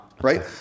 right